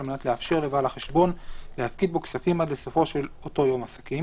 על מנת לאפשר לבעל החשבון להפקיד בו כספים עד לסופו של אותו יום עסקים.